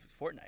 Fortnite